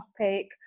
topic